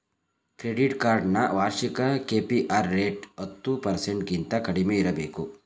credit card ನ ವಾರ್ಷಿಕ KPR rate ಹತ್ತು ಪರ್ಸೆಂಟಗಿಂತ ಕಡಿಮೆ ಇರಬೇಕು